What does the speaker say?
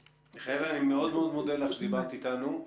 מיכאלה, אני מודה לך מאוד שדיברת איתנו.